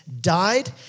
died